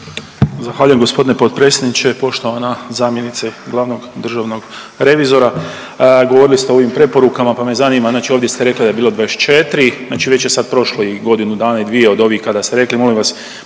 Zahvaljujem g. potpredsjedniče, poštovana zamjenice glavnog državnog revizora. Govorili ste o ovim preporukama, pa me zanima, znači ovdje ste rekli da je bilo 24, znači već je sad prošlo i godinu dana i dvije od ovih kada ste rekli.